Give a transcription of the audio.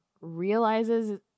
realizes